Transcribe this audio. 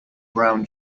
brown